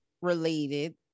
related